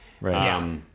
Right